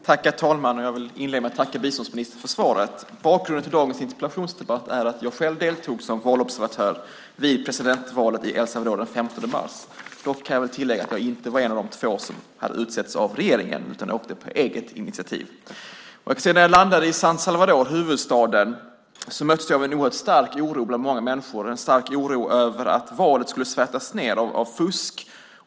Herr talman! Jag vill inleda med att tacka biståndsministern för svaret. Bakgrunden till dagens interpellationsdebatt är att jag själv deltog som valobservatör vid presidentvalet i El Salvador den 15 mars. Dock kan jag tillägga att jag inte var en av de två som hade utsänts av regeringen, utan jag åkte på eget initiativ. När jag landade i San Salvador, huvudstaden, möttes jag av en oerhört stark oro bland många människor - en stark oro över att valet skulle svärtas ned av fusk.